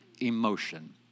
emotion